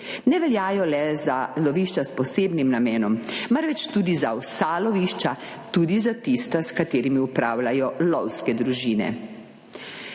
ne veljajo le za lovišča s posebnim namenom, marveč tudi za vsa lovišča, tudi za tista, s katerimi upravljajo lovske družine.